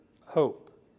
hope